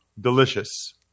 delicious